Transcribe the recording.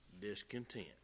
discontent